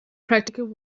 practically